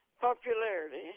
popularity